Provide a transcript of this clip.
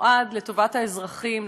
שנועד לטובת האזרחים,